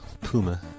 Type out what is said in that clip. Puma